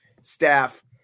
staff